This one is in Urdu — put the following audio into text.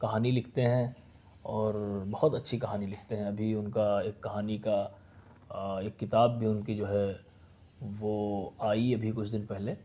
کہانی لکھتے ہیں اور بہت اچھی کہانی لکھتے ہیں ابھی ان کا ایک کہانی کا ایک کتاب بھی ان کی جو ہے وہ آئی ابھی کچھ دن پہلے